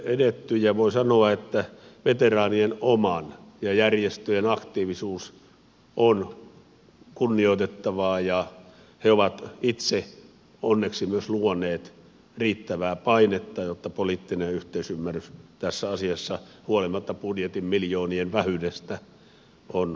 ja voin sanoa että veteraanien oma ja järjestöjen aktiivisuus on kunnioitettavaa ja he ovat itse onneksi myös luoneet riittävää painetta jotta poliittinen yhteisymmärrys tässä asiassa huolimatta budjetin miljoonien vähyydestä on löytynyt